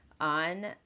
on